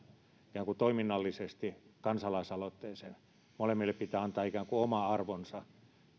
ikään kuin toiminnallisesti kansalaisaloitteeseen molemmille pitää antaa ikään kuin oma arvonsa